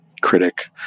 critic